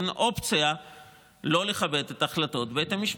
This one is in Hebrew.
אין אופציה לא לכבד את החלטות בית המשפט.